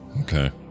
Okay